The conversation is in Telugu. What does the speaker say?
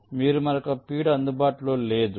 మీకు మరొక ఫీడ్ అందుబాటులో లేదు